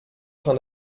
train